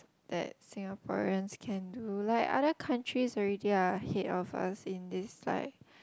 that Singaporeans can do like other countries already are ahead of us in this side